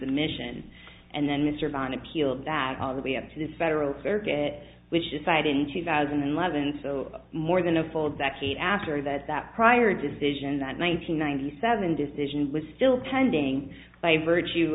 submission and then mr van appealed that all the way up to this federal circuit which decided in two thousand and eleven so more than a full decade after that that prior decision that nine hundred ninety seven decision was still pending by virtue